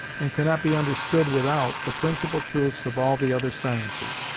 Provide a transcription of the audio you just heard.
and cannot be understood without, the principal truths of all the other sciences.